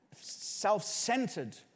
Self-centered